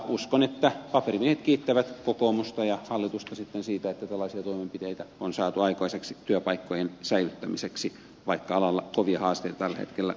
uskon että paperimiehet kiittävät kokoomusta ja hallitusta sitten siitä että tällaisia toimenpiteitä on saatu aikaiseksi työpaikkojen säilyttämiseksi vaikka alalla kovia haasteita tällä hetkellä on